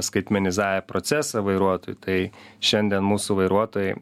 skaitmenizavę procesą vairuotojų tai šiandien mūsų vairuotojai